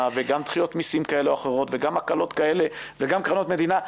וגם דחיות מסים כאלה ואחרות וגם הקלות וגם קרנות מדינה.